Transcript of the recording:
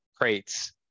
crates